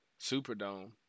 Superdome